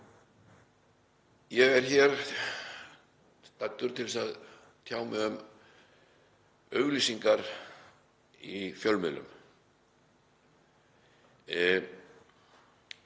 Ég er hér staddur til að tjá mig um auglýsingar í fjölmiðlum.